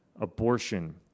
abortion